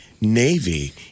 Navy